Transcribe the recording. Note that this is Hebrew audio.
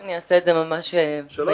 אני אעשה את זה ממש מהיר.